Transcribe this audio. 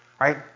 right